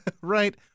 Right